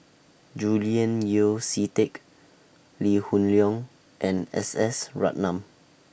Julian Yeo See Teck Lee Hoon Leong and S S Ratnam